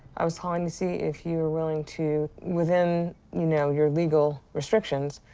i was calling to see if you were willing to, within, you know, your legal restrictions,